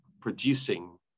producing